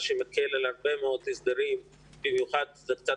מה שמקל על הרבה מאוד הסדרים שהם קצת